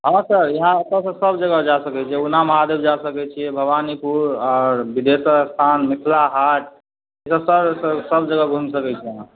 हँ सर अहाँ ओतयसँ सब जगह जा सकय छियै उगना महादेव जा सकय छियै भवानीपुर आओर विदेशर स्थान मिथिला हाट ई सब सब जगह घुमि सकय छी अहाँ